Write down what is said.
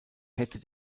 hätte